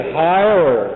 higher